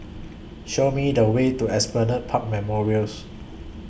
Show Me The Way to Esplanade Park Memorials